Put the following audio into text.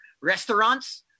restaurants